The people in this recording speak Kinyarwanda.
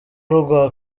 rwa